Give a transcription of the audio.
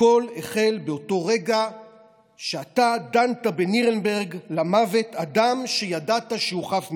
הכול החל באותו רגע שאתה דנת למוות בנירנברג אדם שידעת שהוא חף מפשע.